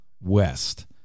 west